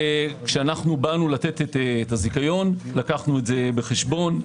כשאנחנו באנו לתת את הזיכיון, לקחנו את זה בחשבון.